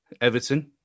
Everton